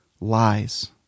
lies